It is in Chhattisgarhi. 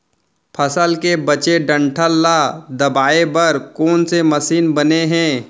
फसल के बचे डंठल ल दबाये बर कोन से मशीन बने हे?